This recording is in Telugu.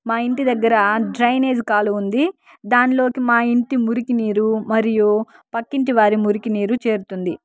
మా ఇంటి దగ్గర డ్రైనేజీ కాలువ ఉంది దానిలోకి మా ఇంటి మురికి నీరు మరియు పక్కింటి వారి మురికి నీరు చేరుతుంది